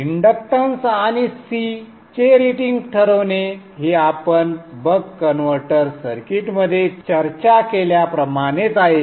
inductance आणि C चे rating ठरवणे हे आपण बक कन्व्हर्टर सर्किटमध्ये चर्चा केल्याप्रमाणेच आहे